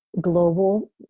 global